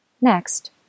Next